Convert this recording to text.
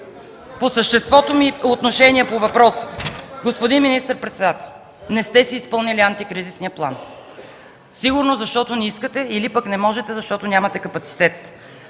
По същество по моя въпрос. Господин министър-председател, не сте си изпълнили антикризисния план, сигурно защото не искате, или пък не можете, защото нямате капацитет.